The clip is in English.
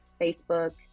Facebook